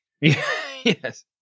Yes